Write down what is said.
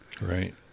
right